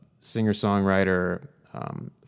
singer-songwriter